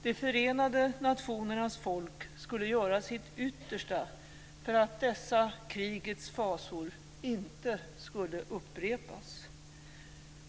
De förenade nationernas folk skulle göra sitt yttersta för att dessa krigets fasor inte skulle upprepas.